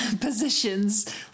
positions